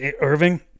Irving